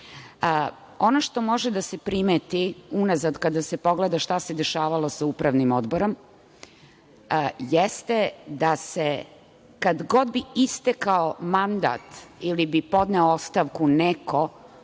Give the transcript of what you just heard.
što može da se primeti unazad kada se pogleda šta se dešavalo sa Upravnim odborom, jeste da se kada god bi istekao mandat ili bi podneo ostavku neko